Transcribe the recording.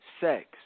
sex